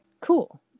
cool